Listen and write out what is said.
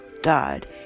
died